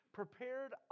prepared